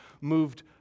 moved